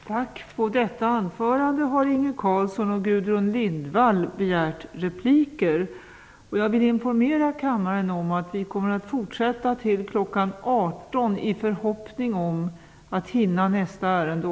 Jag vill informera kammarens ledamöter om att vi kommer att fortsätta debatten längst till kl. 18.00 i förhoppning om att hinna med också nästa ärende.